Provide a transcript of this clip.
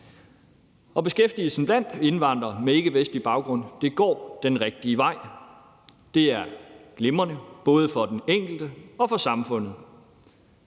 Beskæftigelsen blandt indvandrere med ikkevestlig baggrund går den rigtige vej. Det er glimrende, både for den enkelte og for samfundet.